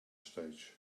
stage